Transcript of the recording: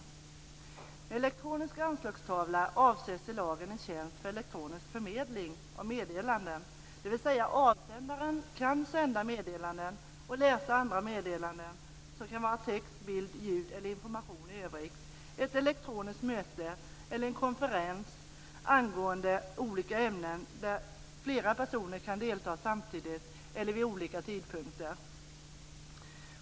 Med elektronisk anslagstavla avses i lagen en tjänst för elektronisk förmedling av meddelanden, dvs. avsändaren kan sända meddelanden och läsa andra meddelanden - härmed förstås text, bild, ljud eller information i övrigt - ett elektroniskt möte eller en konferens angående olika ämnen där flera personer kan delta, samtidigt eller vid olika tidpunkter.